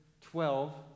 Twelve